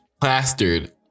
plastered